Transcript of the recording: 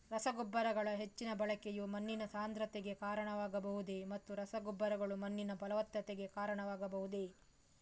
ರಸಗೊಬ್ಬರಗಳ ಹೆಚ್ಚಿನ ಬಳಕೆಯು ಮಣ್ಣಿನ ಸಾಂದ್ರತೆಗೆ ಕಾರಣವಾಗಬಹುದೇ ಮತ್ತು ರಸಗೊಬ್ಬರಗಳು ಮಣ್ಣಿನ ಫಲವತ್ತತೆಗೆ ಕಾರಣವಾಗಬಹುದೇ?